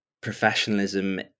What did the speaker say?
professionalism